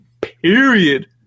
Period